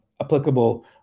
applicable